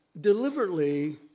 deliberately